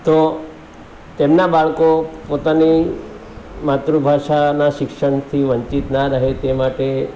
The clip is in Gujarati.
તો તેમના બાળકો પોતાની માતૃભાષાના શિક્ષણથી વંચિત ના રહે તે માટે